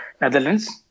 Netherlands